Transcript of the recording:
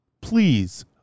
Please